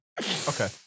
Okay